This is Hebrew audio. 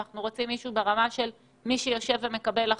אבל אנחנו רוצים מישהו ברמה של מקבלי החלטות,